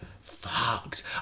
Fucked